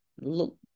Look